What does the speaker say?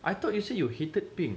I thought you said you hated pink